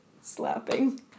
slapping